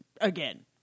again